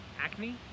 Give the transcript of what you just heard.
Acne